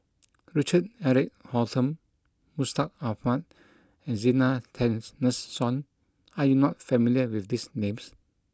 Richard Eric Holttum Mustaq Ahmad and Zena Tessensohn are you not familiar with these names